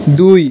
দুই